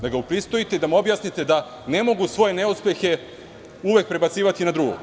Da ga upristojite i da mu objasnite da ne mogu svoje neuspehe uvek prebacivati na drugog.